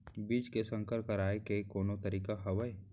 बीज के संकर कराय के कोनो तरीका हावय?